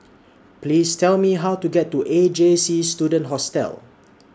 Please Tell Me How to get to A J C Student Hostel